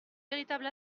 véritable